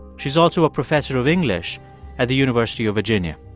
she's also a professor of english at the university of virginia.